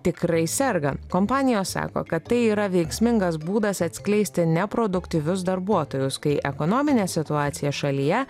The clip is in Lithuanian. tikrai serga kompanijos sako kad tai yra veiksmingas būdas atskleisti neproduktyvius darbuotojus kai ekonominė situacija šalyje